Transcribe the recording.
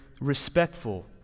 respectful